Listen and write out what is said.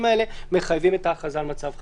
הללו מחייבים את ההכרזה על מצב חירום.